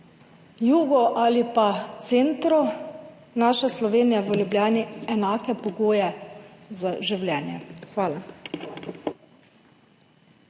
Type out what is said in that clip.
jugu ali pa v centru naše Slovenije, v Ljubljani, enake pogoje za življenje. Hvala.